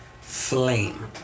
flame